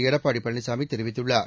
எடப்பாடி பழனிசாமி தெரிவித்துள்ளார்